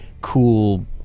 cool